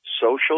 social